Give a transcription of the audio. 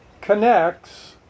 connects